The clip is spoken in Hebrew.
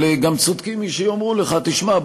אבל גם צודקים מי שיאמרו לך: תשמע,